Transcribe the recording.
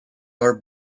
are